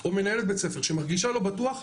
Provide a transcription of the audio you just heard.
או מנהלת בית-ספר שמרגישה לא בטוחה,